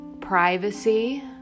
privacy